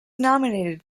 nominated